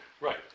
Right